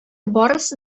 барысы